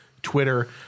twitter